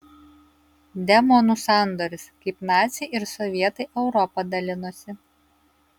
demonų sandoris kaip naciai ir sovietai europą dalinosi